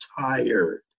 tired